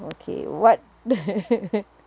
okay what